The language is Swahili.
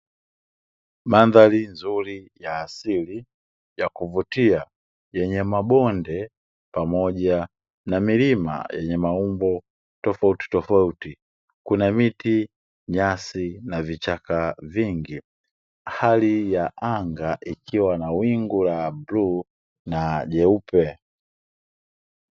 Mandhari nzuri ya asili ya kuvutia yenye mabonde pamoja na milima yenye maumbo tofauti tofauti, kuna miti, nyasi na vichaka vingi. Hali ya anga ikiwa na wingu la bluu na jeupe.